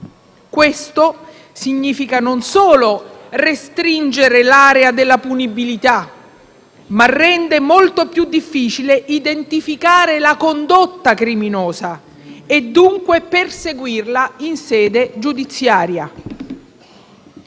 Questo significa non solo restringere l'area della punibilità, ma rende molto più difficile identificare la condotta criminosa e dunque perseguirla in sede giudiziaria.